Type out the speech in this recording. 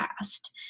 past